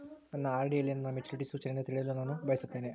ನನ್ನ ಆರ್.ಡಿ ಯಲ್ಲಿ ನನ್ನ ಮೆಚುರಿಟಿ ಸೂಚನೆಯನ್ನು ತಿಳಿಯಲು ನಾನು ಬಯಸುತ್ತೇನೆ